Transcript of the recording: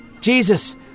Jesus